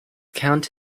count